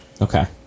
Okay